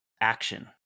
action